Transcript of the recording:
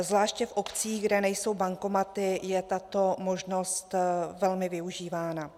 Zvláště v obcích, kde nejsou bankomaty, je tato možnost velmi využívána.